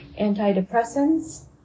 antidepressants